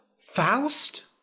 Faust